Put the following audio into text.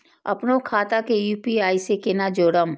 अपनो खाता के यू.पी.आई से केना जोरम?